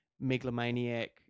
megalomaniac